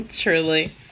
Truly